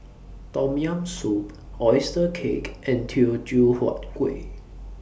Tom Yam Soup Oyster Cake and Teochew Huat Kuih